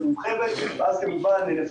ואחרי זה נמשיך עם יוגב או מי